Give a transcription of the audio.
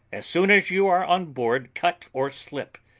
as soon as you are on board cut or slip,